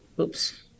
Oops